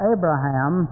Abraham